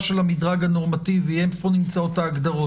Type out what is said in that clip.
של המדרג הנורמטיבי איפה נמצאות ההגדרות.